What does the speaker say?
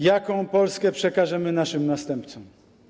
Jaką Polskę przekażemy naszym następcom?